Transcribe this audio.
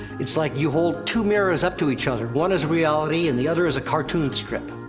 it's like you hold two mirrors up to each other one is reality and the other is a cartoon script.